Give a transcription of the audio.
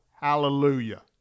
hallelujah